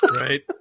Right